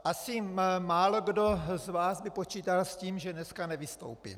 Asi málokdo z vás by počítal s tím, že dneska nevystoupím.